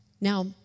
Now